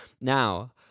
Now